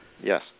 Yes